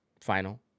final